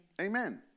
Amen